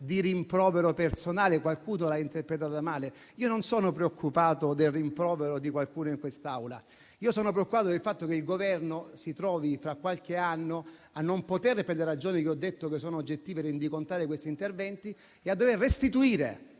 di rimprovero personale. Qualcuno l'ha interpretato male: non sono preoccupato del rimprovero di qualcuno in quest'Aula. Sono preoccupato del fatto che il Governo si trovi, fra qualche anno, per le ragioni che ho detto e che sono oggettive, a non poter rendicontare questi interventi e a dover restituire